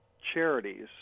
Charities